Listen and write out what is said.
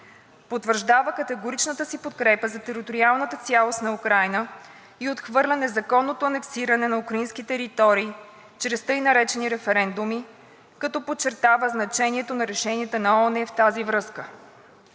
Потвърждава категоричната си подкрепа за териториалната цялост на Украйна и отхвърля незаконното анексиране на украински територии чрез тъй наречени „референдуми“, като подчертава значението на решенията на ООН в тази връзка.